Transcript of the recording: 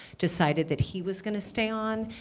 decided that he was going to stay on.